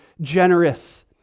generous